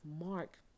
Mark